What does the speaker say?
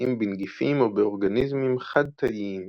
מתבצעים בנגיפים או באורגניזמים חד-תאיים